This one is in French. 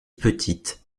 petite